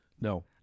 no